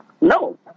No